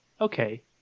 okay